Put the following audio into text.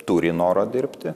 turi noro dirbti